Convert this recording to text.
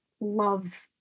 love